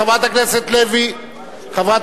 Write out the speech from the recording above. חברת הכנסת לוי אבקסיס,